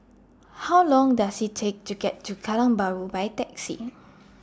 How Long Does IT Take to get to Kallang Bahru By Taxi